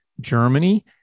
Germany